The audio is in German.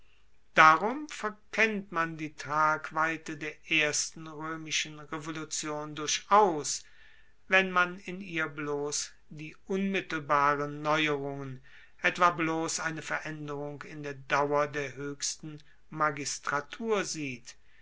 darum verkennt man die tragweite der ersten roemischen revolution durchaus wenn man in ihr bloss die unmittelbaren neuerungen etwa bloss eine veraenderung in der dauer der hoechsten magistratur sieht